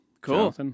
Cool